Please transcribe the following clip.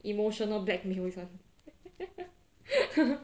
emotional blackmail this one